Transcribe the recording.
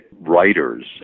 writers